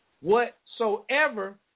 whatsoever